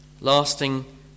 lasting